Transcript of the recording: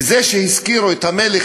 וזה שהזכירו את המלך,